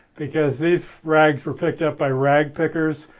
because these rags were picked up by rag pickers,